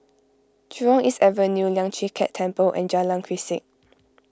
Jurong East Avenue Lian Chee Kek Temple and Jalan Grisek